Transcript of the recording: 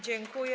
Dziękuję.